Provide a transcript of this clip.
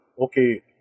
okay